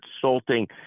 Consulting